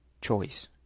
choice